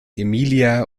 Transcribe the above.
emilia